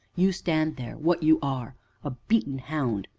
you stand there what you are a beaten hound.